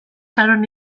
kanon